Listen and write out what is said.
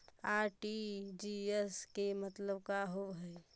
RTGS के मतलब का होव हई?